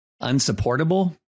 unsupportable